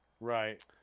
Right